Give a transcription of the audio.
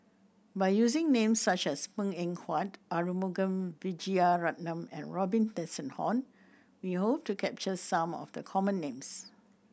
by using names such as Png Eng Huat Arumugam Vijiaratnam and Robin Tessensohn we hope to capture some of the common names